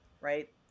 right